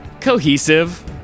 Cohesive